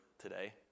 today